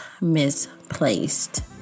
misplaced